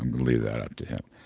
and leave that up to him.